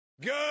Good